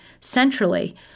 centrally